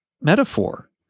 metaphor